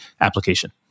application